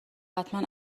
حتما